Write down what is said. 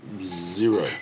zero